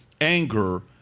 anger